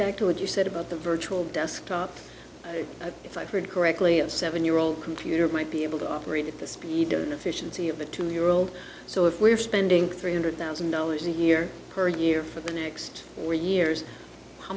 back to what you said about the virtual desktop if i could correctly a seven year old computer might be able to operate at the speed and efficiency of a two year old so if we're spending three hundred thousand dollars a year per year for the next four years how